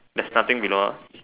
there's nothing below